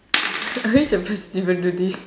are we suppose to even do this